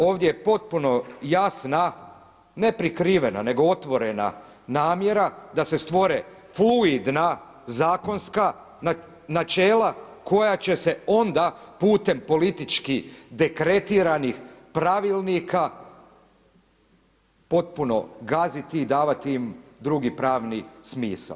Ovdje je potpuno jasna, ne prikrivena nego otvorena namjera da se stvore fluidna zakonska načela koja će se onda putem politički dekretiranih pravilnik potpuno gaziti i davati im drugi pravni smisao.